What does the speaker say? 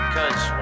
Cause